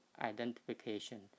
identification